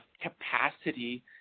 capacity